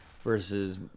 versus